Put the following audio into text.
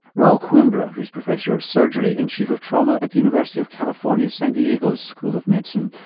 raul coimbra who's professor of surgery and chief of trauma at the university of california san diego, school of medicine.